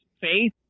faith